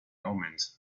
omens